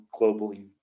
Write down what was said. globally